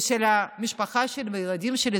ושל המשפחה שלי והילדים שלי,